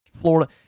Florida